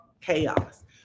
chaos